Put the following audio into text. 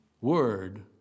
word